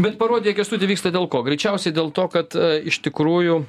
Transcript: bet parodija kęstuti vyksta dėl ko greičiausiai dėl to kad iš tikrųjų